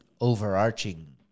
overarching